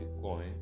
coin